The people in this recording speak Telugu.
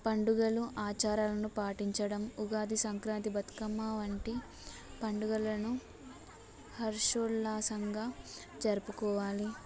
పండుగలు ఆచారాలను పాటించడం ఉగాది సంక్రాంతి బతుకమ్మ వంటి పండుగలను హర్షోల్లాసంగా జరుపుకోవాలి